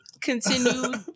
continue